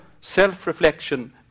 self-reflection